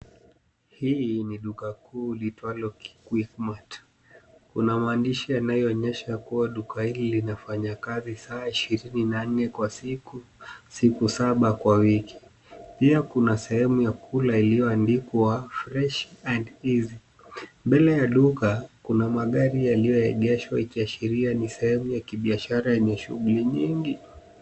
Hii ni duka kuu liitwayo Quickmart. Kuna maandishi yayoonyesha kuwa duka hili linafanya kazi saa 24 kwa siku saba kwa wiki. Pia kuna sehemu ya kula iliyoandikwa {cs}Fresh and easy{cs}.Mbele ya duka, kuna magari yaliyoegeshwa ikiashiria ni sehemu ya kibiashara yenye shughuli nyingi.